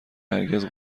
هرگز